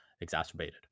exacerbated